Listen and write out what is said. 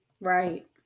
right